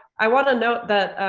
i wanna note that,